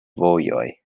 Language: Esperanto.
vojoj